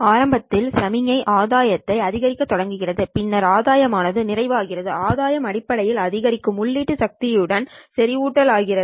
ஆரம்பத்தில் சமிக்ஞை ஆதாயத்தை அதிகரிக்கத் தொடங்குகிறது பின்னர் ஆதாயம் ஆனது நிறைவு ஆகிறது ஆதாயம் அடிப்படையில் அதிகரிக்கும் உள்ளீட்டு சக்தி உடன் சேச்ரேஷன் ஆகிறது